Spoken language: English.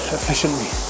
efficiently